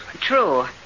True